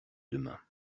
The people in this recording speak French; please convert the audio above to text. demain